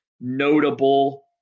notable